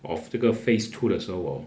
of 这个 phase two 的时候 hor